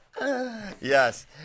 Yes